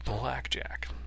Blackjack